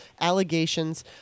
allegations